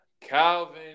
Calvin